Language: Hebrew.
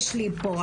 יש לי פה,